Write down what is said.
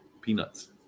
Peanuts